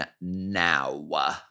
now